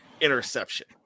interception